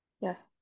Yes